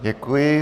Děkuji.